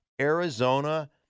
Arizona